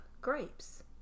grapes